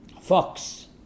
fox